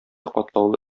катлаулы